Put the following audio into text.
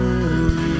glory